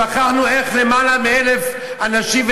שכחנו איך יותר מ-1,000 אנשים,